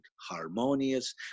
harmonious